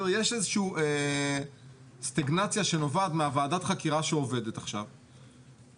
יש איזושהי סטגנציה שנובעת מוועדת החקירה שעובדת עכשיו,